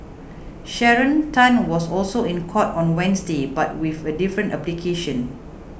Sharon Tan was also in court on Wednesday but with a different application